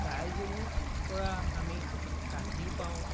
গাই গৰুৰ পৰা আমি গাখীৰ পাওঁ